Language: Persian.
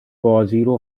بازیرو